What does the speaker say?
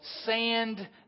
sand